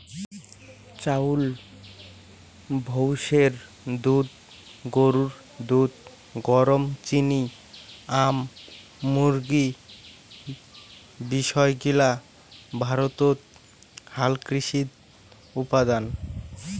চাউল, ভৈষের দুধ, গরুর দুধ, গম, চিনি, আম, মুরগী বিষয় গিলা ভারতত হালকৃষিত উপাদান